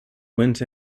went